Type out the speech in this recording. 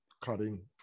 cutting